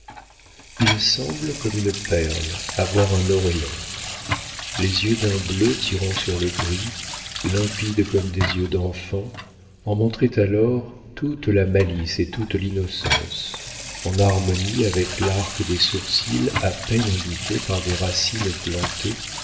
il semble comme une perle avoir un orient les yeux d'un bleu tirant sur le gris limpides comme des yeux d'enfant en montraient alors toute la malice et toute l'innocence en harmonie avec l'arc des sourcils à peine indiqué par des racines plantées